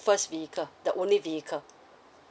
first vehicle the only vehicle